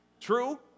True